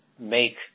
make